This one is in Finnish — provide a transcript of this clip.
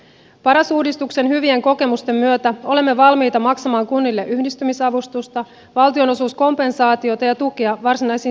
paras uudistuksen hyvien kokemusten myötä olemme valmiita maksamaan kunnille yhdistymisavustusta valtionosuuskompensaatiota ja tukea varsinaisiin selvityskustannuksiin